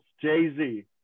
Jay-Z